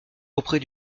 auprès